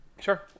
Sure